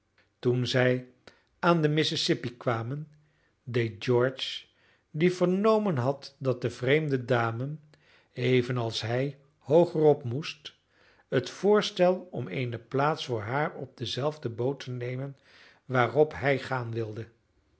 toen zij aan de mississippi kwamen deed george die vernomen had dat de vreemde dame evenals hij hoogerop moest het voorstel om eene plaats voor haar op dezelfde boot te nemen waarop hij gaan wilde